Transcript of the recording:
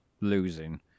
losing